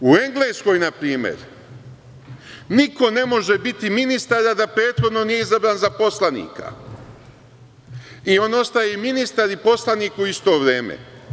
U Engleskoj, na primer, niko ne može biti ministar a da prethodno nije izabran za poslanika i on ostaje i ministar i poslanik u isto vreme.